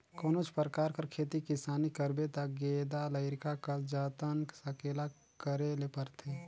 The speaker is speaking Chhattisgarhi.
कोनोच परकार कर खेती किसानी करबे ता गेदा लरिका कस जतन संकेला करे ले परथे